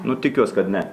nu tikiuos kad ne